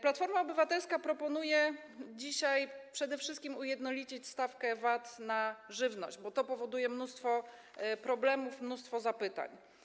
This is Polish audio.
Platforma Obywatelska proponuje dzisiaj przede wszystkim ujednolicić stawkę VAT na żywność, bo to powoduje mnóstwo problemów, mnóstwo zapytań.